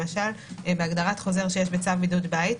למשל בהגדרת חוזר שיש בצו עידוד בבית,